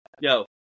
Yo